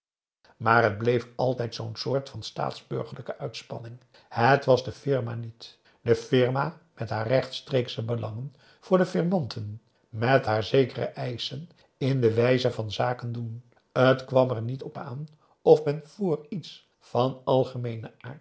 maar het bleef altijd zoo'n soort van staatsburgerlijke uitspanning het was de firma niet de firma met haar rechtstreeksche belangen voor de firmanten met haar zekere eischen in de wijze van zaken doen t kwam er niet op aan of men voor iets van algemeenen